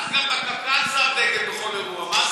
גם את בקק"ל שמת דגל בכל אירוע.